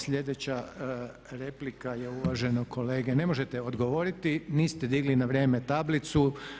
Sljedeća replika je uvaženog kolega, ne možete odgovoriti, niste digli na vrijeme tablicu.